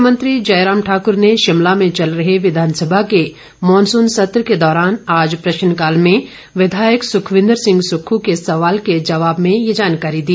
मुख्यमंत्री जयराम ठाकर ने शिमला में चल रहे विधानसभा के मॉनसन सत्र के दौरान आज प्रश्नकाल में विधायक सुखविंदर सिंह सुक्खू के सवाल के जवाब में ये जानकारी दी